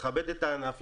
לכבד את הענף,